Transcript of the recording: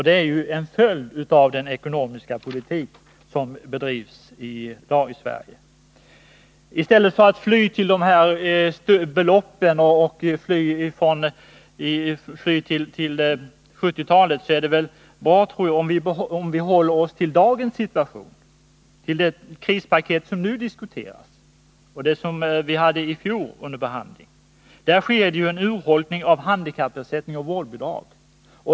Det är en följd av den ekonomiska politik som bedrivs i dag i Sverige. Det vore bra, tror jag, om vi i stället för att fly till dessa belopp och till 1970-talet höll oss till dagens situation, till det krispaket som nu diskuteras och det som vi behandlade i fjol. Där sker en urholkning av handikappersättning och vårdbidrag.